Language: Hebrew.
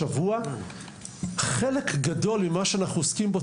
אז חלק גדול ממה שאנחנו עוסקים בו,